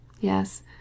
Yes